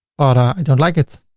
ah i don't like it.